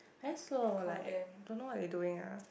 very slow like don't know what they doing ah